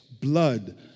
blood